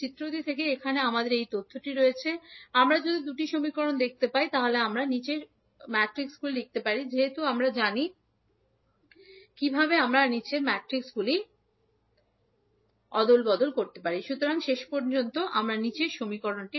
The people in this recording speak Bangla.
চিত্রটি থেকে এখন আমাদের কাছে এই তথ্য আছে আমরা যদি এই দুটি সমীকরণ দেখতে পাই যা আমরা কী লিখতে পারি আমরা এটি লিখতে পারি যেহেতু আমরা জানি কিন্তু অতএব এখন সুতরাং শেষ পর্যন্ত আমরা কি পেতে